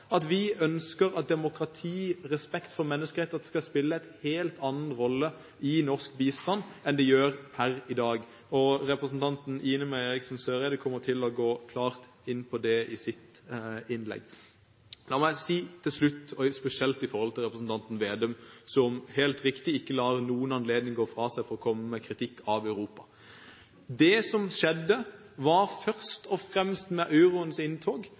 at vi ønsker at demokrati og respekt for menneskerettigheter skal spille en helt annen rolle i norsk bistand enn det gjør per i dag. Representanten Ine M. Eriksen Søreide kommer til å gå klart inn på det i sitt innlegg. La meg si til slutt, spesielt med tanke på representanten Slagsvold Vedum, som helt riktig ikke lar noen anledning gå fra seg til å komme med kritikk av Europa. Det som skjedde med euroens inntog, var først og fremst